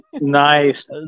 Nice